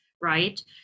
right